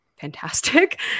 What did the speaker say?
fantastic